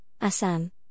Assam